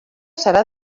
serà